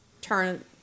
Turn